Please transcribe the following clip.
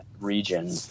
region